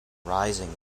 rising